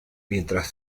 mientras